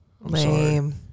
Lame